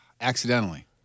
Accidentally